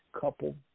couple